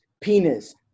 penis